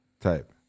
type